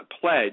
Pledge